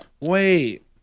Wait